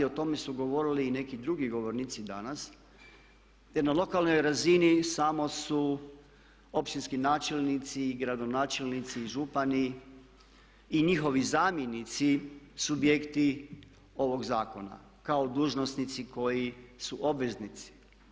O tome su govorili i neki drugi govornici danas, te na lokalnoj razini samo su općinski načelnici i gradonačelnici i župani i njihovi zamjenici subjekti ovog zakona kao dužnosnici koji su obveznici.